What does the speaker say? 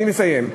אני מסיים.